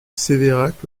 sévérac